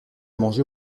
mangé